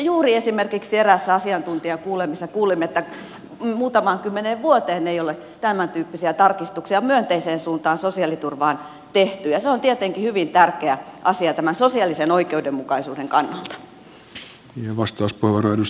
ja esimerkiksi juuri eräässä asiantuntijakuulemisessa kuulimme että muutamaan kymmeneen vuoteen ei ole tämäntyyppisiä tarkistuksia myönteiseen suuntaan sosiaaliturvaan tehty ja se on tietenkin hyvin tärkeä asia tämän sosiaalisen oikeudenmukaisuuden kannalta